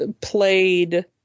played